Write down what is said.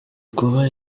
kuba